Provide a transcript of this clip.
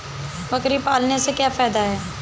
बकरी पालने से क्या फायदा है?